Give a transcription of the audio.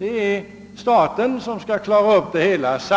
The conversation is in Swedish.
Det är staten som skall klara upp det hela.